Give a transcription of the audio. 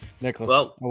Nicholas